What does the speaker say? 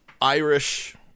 Irish